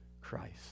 Christ